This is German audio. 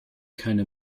keine